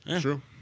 true